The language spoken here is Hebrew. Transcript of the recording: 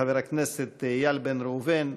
חבר הכנסת איל בן ראובן,